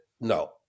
No